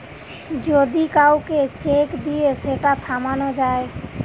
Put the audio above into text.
যদি কাউকে চেক দিয়ে সেটা থামানো যায়